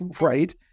Right